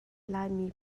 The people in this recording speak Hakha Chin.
laimi